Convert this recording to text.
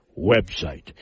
website